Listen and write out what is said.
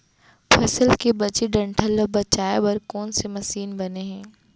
फसल के बचे डंठल ल दबाये बर कोन से मशीन बने हे?